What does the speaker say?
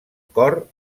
cor